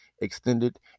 extended